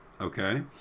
Okay